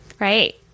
Right